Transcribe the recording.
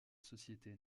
société